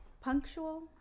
Punctual